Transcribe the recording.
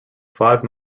five